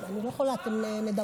אני לא יכולה, אתם מדברים.